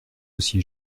aussi